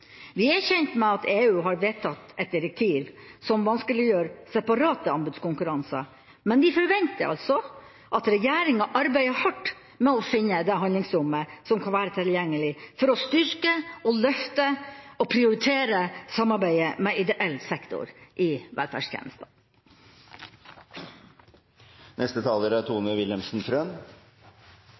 Vi er kjent med at EU har vedtatt et direktiv som vanskeliggjør separate anbudskonkurranser, men vi forventer altså at regjeringa arbeider hardt med å finne det handlingsrommet som kan være tilgjengelig for å styrke, løfte og prioritere samarbeidet med ideell sektor i